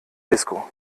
disco